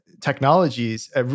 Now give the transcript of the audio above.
technologies